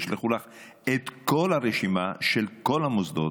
את כל הרשימה של כל המוסדות,